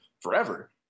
forever